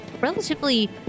relatively